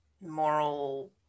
moral